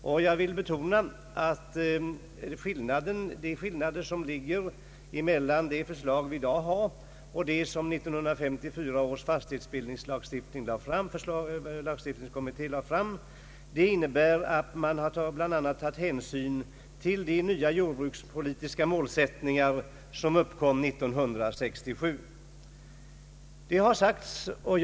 De skillnader som finns mellan det i dag framlagda förslaget och det som 1954 års fastighetsbildningslagstiftningskommitté lade fram beror bl.a. på att man tagit hänsyn till de nya jordbrukspolitiska målsättningar som riksdagen beslöt 1967.